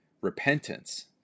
repentance